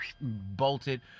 Bolted